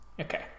Okay